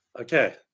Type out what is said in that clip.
Okay